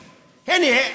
הנה,